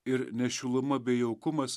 ir ne šiluma bei jaukumas